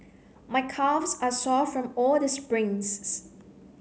my calves are sore from all the sprints